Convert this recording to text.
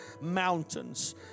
mountains